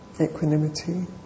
equanimity